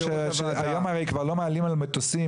אנחנו בוודאי מכירים את רמת האיכות לשירותים שאנחנו נותנים,